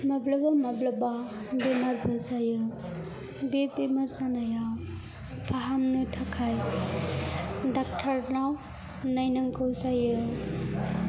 माब्लाबा माब्लाबा बेमारबो जायो बे बेमार जानायाव फाहामनो थाखाय डक्टरनाव नायनांगौ जायो